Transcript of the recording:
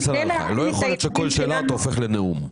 לא יכול להיות שכל שאלה אתה הופך לנאום.